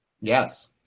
Yes